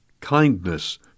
kindness